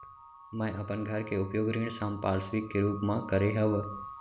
मै अपन घर के उपयोग ऋण संपार्श्विक के रूप मा करे हव